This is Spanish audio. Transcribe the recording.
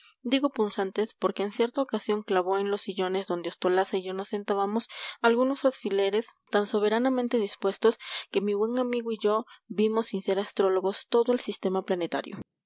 digo punzantes porque en cierta ocasión clavó en los sillones donde ostolaza y yo nos sentábamos algunos alfileres tan soberanamente dispuestos que mi buen amigo y yo vimos sin ser astrólogos todo el sistema planetario